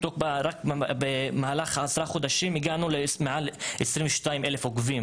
רק במהלך עשרה חודשים הגענו למעל 22,000 עוקבים